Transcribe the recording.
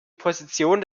position